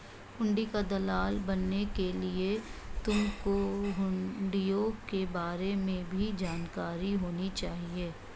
हुंडी का दलाल बनने के लिए तुमको हुँड़ियों के बारे में भी जानकारी होनी चाहिए